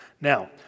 Now